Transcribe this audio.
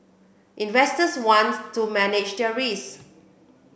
investors want to manage their risk